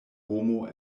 homo